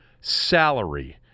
salary